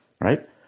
right